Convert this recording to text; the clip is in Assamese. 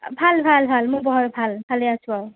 ভাল ভাল ভাল মোৰ বৰ ভাল ভালে আছোঁ আৰু